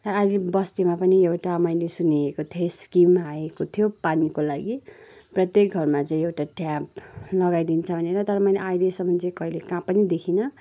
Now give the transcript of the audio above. र अहिले बस्तीमा पनि एउटा मैले सुनेको थिएँ स्किम आएको थियो पानीको लागि प्रत्येक घरमा चाहिँ एउटा ट्याप लगाइदिन्छ भनेर तर मैले अहिलेसम्म चाहिँ कहिले कहाँ पनि देखिनँ